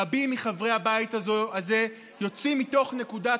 רבים מחברי הבית הזה יוצאים מתוך נקודת